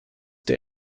they